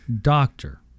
Doctor